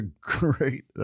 great